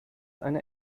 eine